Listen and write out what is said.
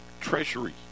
treasury